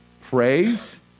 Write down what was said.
praise